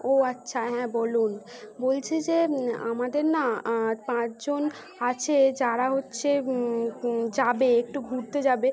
ও আচ্ছা হ্যাঁ বলুন বলছি যে আমাদের না পাঁচজন আছে যারা হচ্ছে যাবে একটু ঘুরতে যাবে